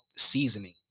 seasoning